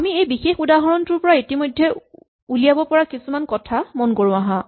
আমি এই বিশেষ উদাহৰণটোৰ পৰা ইতিমধ্যে উলিয়াব পৰা কিছুমান কথা মন কৰো আহাঁ